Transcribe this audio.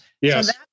yes